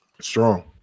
Strong